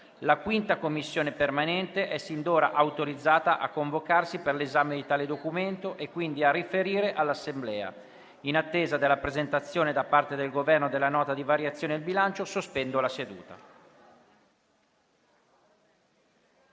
La 5a Commissione permanente è sin d'ora autorizzata a convocarsi per l'esame di tale documento e quindi a riferire all'Assemblea. In attesa della presentazione da parte del Governo della Nota di variazioni al bilancio, sospendo la seduta.